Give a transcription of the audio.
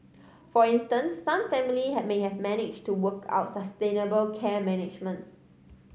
for instance some families have may managed to work out sustainable care arrangements